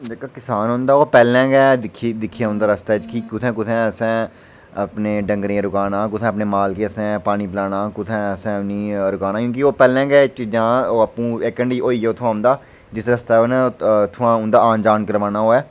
जेह्का किसान होंदा ओह् पैह्लें गै दिक्खी दिक्खियै औंदा रस्ते च कि कुत्थै कुत्थै असें अपने डंगरें ई रुकाना कुत्थै अपने माल ई असें पानी पलेआना कुत्थै असें इ'नें गी रुकाना जानी के ओह् पैह्लें गै एह् चीजां ओह् होइयै उत्थुआं औंदा जिस रस्तै उ'न्न उत्थुआं उं'दा औन जान करोआना होऐ